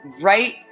right